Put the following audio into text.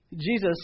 Jesus